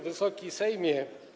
Wysoki Sejmie!